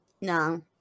No